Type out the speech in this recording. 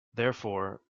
therefore